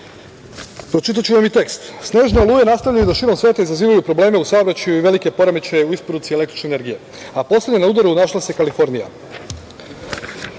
Ameriku. Pročitaću vam i tekst – snežne oluje nastavljaju da širom sveta izazivaju probleme u saobraćaju i velike poremećaje u isporuci električne energije, a poslednja na udaru našla se Kalifornija.